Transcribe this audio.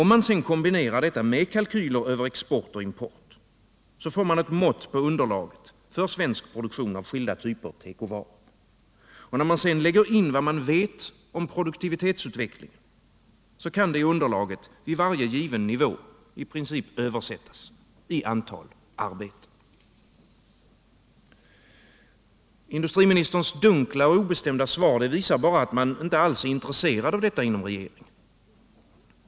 Om man kombinerar detta med kalkyler över export och import, så får man ett mått på underlaget för svensk produktion av skilda typer av tekovaror. När man sedan lägger in vad man vet om produktivitetsutvecklingen, kan detta underlag vid varje given nivå i princip översättas i antal arbeten. Industriministerns dunkla och obestämda svar visar bara att man inte alls är intresserad av detta inom regeringen.